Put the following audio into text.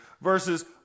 versus